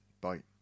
Bye